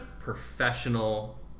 professional